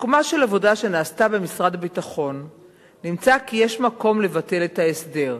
בסיכומה של עבודה שנעשתה במשרד הביטחון נמצא כי יש מקום לבטל את ההסדר,